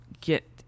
get